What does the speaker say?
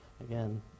Again